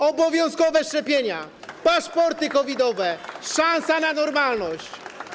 Obowiązkowe szczepienia, paszporty COVID-owe - to szansa na normalność.